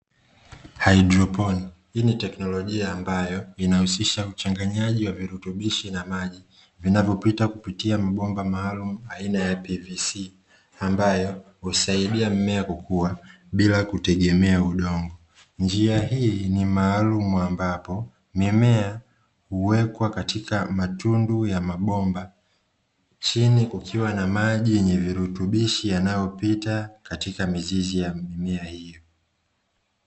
Haidroponi: hii ni teknolojia ambayo inahusisha uchanganyaji wa virutubishi na maji vinavyopita kwa kupitia mabomba maalumu aina ya pvc ambayo husaidia mmea kukua bila kutegemea udongo. Njia hii ni maalumu ambapo mimea huwekwa katika matundu ya mabomba chini kukiwa na maji yenye virutubishi yanayopita katika mizizi ya gunia hilo.